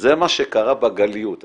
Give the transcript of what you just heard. זה מה שקרה בגליוּת.